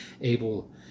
able